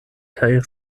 kaj